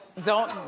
don't,